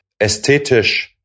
Ästhetisch